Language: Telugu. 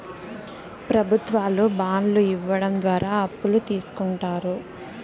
ప్రభుత్వాలు బాండ్లు ఇవ్వడం ద్వారా అప్పులు తీస్కుంటారు